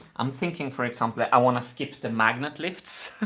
i'm thinking, for example, i wanna skip the magnet lifts.